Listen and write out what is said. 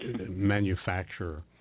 manufacturer